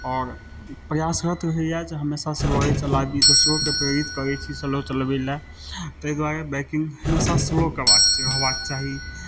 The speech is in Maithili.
आओर प्रयासरत होइया जे हमेशा स्लो चलाबी दोसरोके प्रेरित करै छी सलो चलबै लए ताहि दुआरे बाइकिंग हमेशा स्लो करबाक होयबाक चाही